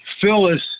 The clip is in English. Phyllis